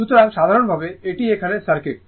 সুতরাং সাধারণভাবে এটি এখানে সার্কিট